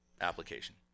application